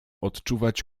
odczuwać